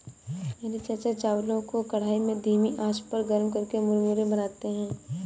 मेरे चाचा चावलों को कढ़ाई में धीमी आंच पर गर्म करके मुरमुरे बनाते हैं